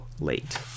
late